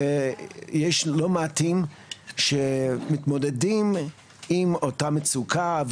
ויש לא מעטים שמתמודדים עם אותה מצוקה,